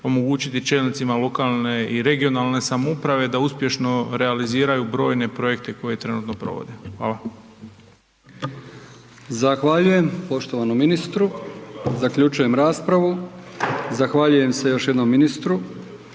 omogućiti čelnicima lokalne i regionalne samouprave da uspješno realiziraju brojne projekte koje trenutno provode. Hvala.